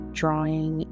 drawing